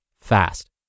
fast